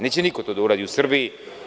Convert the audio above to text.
Neće niko to da uradi u Srbiji.